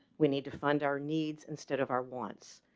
we need to fund our needs. instead of our wants,